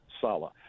Sala